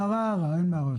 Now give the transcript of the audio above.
כמה תקנים?